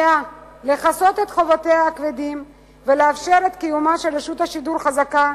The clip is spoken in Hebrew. לכסות את חובותיה הכבדים ולאפשר את קיומה של רשות שידור חזקה,